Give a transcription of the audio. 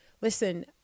Listen